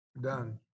Done